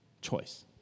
choice